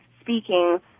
speaking